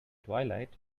twilight